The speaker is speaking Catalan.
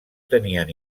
tenien